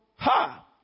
Ha